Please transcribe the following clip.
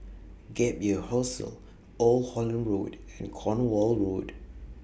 Gap Year Hostel Old Holland Road and Cornwall Road